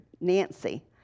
Nancy